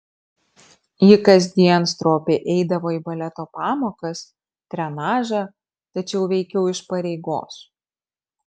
ji kasdien stropiai eidavo į baleto pamokas trenažą tačiau veikiau iš pareigos